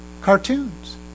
cartoons